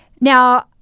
Now